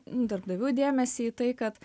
darbdavių dėmesį į tai kad